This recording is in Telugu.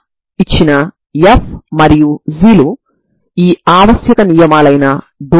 కాబట్టి మీరు a 0 మరియు b L గా తీసుకోండి అప్పుడు మీకు లెక్కించడం చాలా తేలిక అవుతుంది